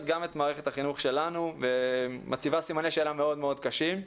גם את מערכת החינוך שלנו ומציבה סימני שאלה מאוד מאוד קשים.